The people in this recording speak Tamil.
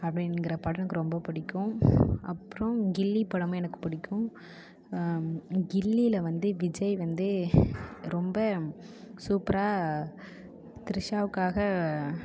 அப்படிங்கிற படம் எனக்கு ரொம்ப பிடிக்கும் அப்புறம் கில்லி படமும் எனக்கு பிடிக்கும் கில்லியில வந்து விஜய் வந்து ரொம்ப சூப்பராக திரிஷாவுக்காக